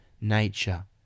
nature